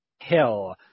Hill